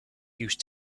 used